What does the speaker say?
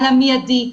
על המיידי.